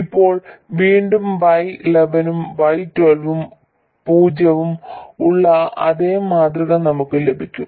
ഇപ്പോൾ വീണ്ടും Y11 ഉം Y12 പൂജ്യവും ഉള്ള അതേ മാതൃക നമുക്ക് ലഭിക്കും